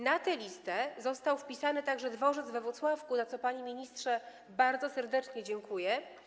Na tę listę został wpisany także dworzec we Włocławku, za co, panie ministrze, bardzo serdecznie dziękuję.